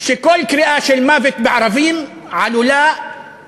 שכל קריאה של "מוות לערבים" עלולה,